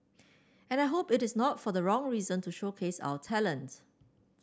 and I hope it is not for the wrong reason to showcase our talent